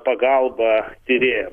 pagalba tyrėjam